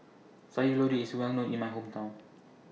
Sayur Lodeh IS Well known in My Hometown